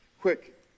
quick